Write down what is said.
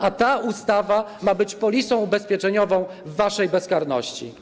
A ta ustawa ma być polisą ubezpieczeniową waszej bezkarności.